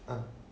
ah